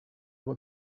what